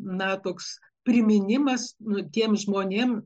na toks priminimas nu tiems žmonėm